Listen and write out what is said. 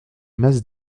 mas